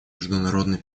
международный